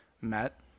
met